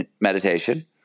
meditation